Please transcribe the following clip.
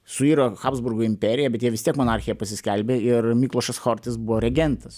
suiro habsburgų imperija bet jie vis tiek monarchija pasiskelbė ir miklošas chortis buvo regentas